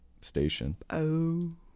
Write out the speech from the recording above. station